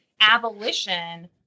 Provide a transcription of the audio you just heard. abolition